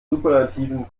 superlativen